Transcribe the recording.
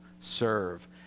serve